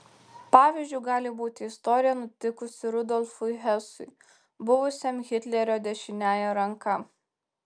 pavyzdžiu gali būti istorija nutikusi rudolfui hesui buvusiam hitlerio dešiniąja ranka